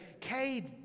Cade